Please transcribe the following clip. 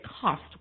cost